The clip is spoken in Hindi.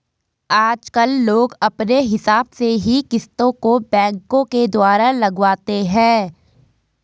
आजकल लोग अपने हिसाब से ही किस्तों को बैंकों के द्वारा लगवाते हैं